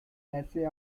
essay